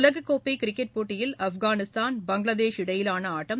உலகக்கோப்பை கிரிக்கெட் போட்டியில் ஆப்கானிஸ்தான் பங்களாதேஷ் இடையேயான ஆட்டம்